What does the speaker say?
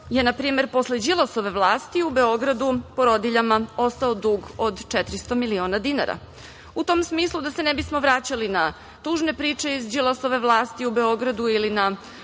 je, na primer, posle Đilasove vlasti u Beogradu porodiljama ostao dug od 400 miliona dinara. U tom smislu, da se ne bismo vraćali na tužne priče iz Đilasove vlasti u Beogradu ili na